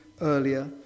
earlier